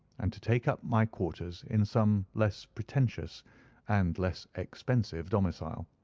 and to take up my quarters in some less pretentious and less expensive domicile.